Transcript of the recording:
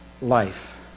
life